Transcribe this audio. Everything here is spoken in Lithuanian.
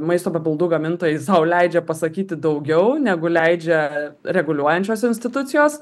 maisto papildų gamintojai sau leidžia pasakyti daugiau negu leidžia reguliuojančios institucijos